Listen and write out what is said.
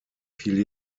fiel